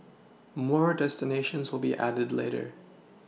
more destinations will be added later